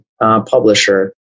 publisher